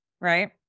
right